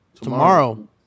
tomorrow